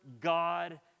God